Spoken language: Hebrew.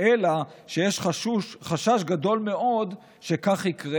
אלא שיש חשש גדול מאוד שכך יקרה.